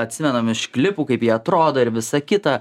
atsimenam iš klipų kaip jie atrodo ir visa kita